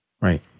Right